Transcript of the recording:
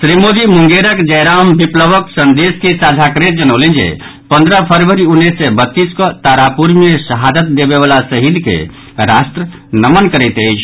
श्री मोदी मुंगेरक जयराम विप्लवक संदेश के साझा करैत जनौलनि जे पन्द्रह फरवरी उन्नीस सय बत्तीस कऽ तारापुर मे शहादत देबयवला शहीद के राष्ट्र नमन करैत अछि